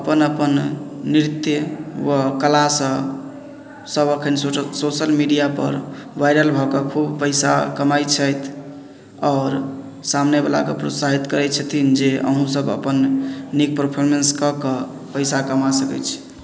अपन अपन नृत्य व कला सँ सब अखन सोशल मीडिया पर वायरल भऽ कऽ खूब पैसा कमाइ छथि आओर सामने वालाके प्रोत्साहित करै छथिन जे अहुँ सब अपन नीक परफॉर्मेस कऽ कऽ पैसा कमा सकै छी